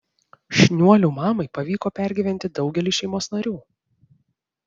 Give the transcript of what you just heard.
šniuolių mamai pavyko pergyventi daugelį šeimos narių